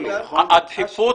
עבד אל חכים חאג' יחיא (הרשימה המשותפת): הדחיפות